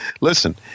listen